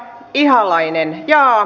ihalainen ja a